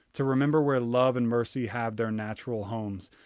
to remember where love and mercy have their natural homes,